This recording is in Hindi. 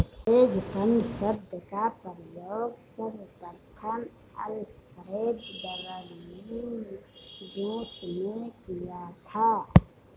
हेज फंड शब्द का प्रयोग सर्वप्रथम अल्फ्रेड डब्ल्यू जोंस ने किया था